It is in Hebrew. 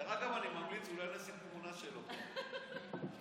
דרך אגב, אני ממליץ, אולי נשים תמונה שלו, שנדע,